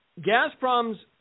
Gazprom's